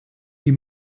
die